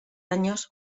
años